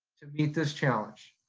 to meet this challenge.